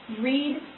Read